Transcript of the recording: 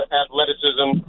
athleticism